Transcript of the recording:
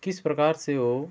किस प्रकार से वो